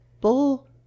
bull